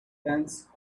pants